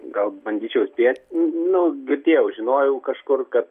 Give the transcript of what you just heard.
gal bandyčiau spėt nu girdėjau žinojau kažkur kad